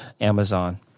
amazon